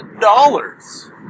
dollars